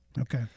Okay